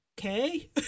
Okay